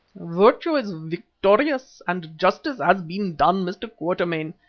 virtue is victorious and justice has been done, mr. quatermain.